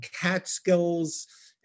Catskills